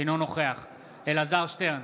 אינו נוכח אלעזר שטרן,